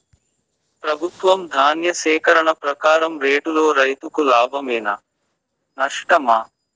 ప్రభుత్వం ధాన్య సేకరణ ప్రకారం రేటులో రైతుకు లాభమేనా నష్టమా?